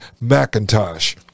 macintosh